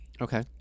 Okay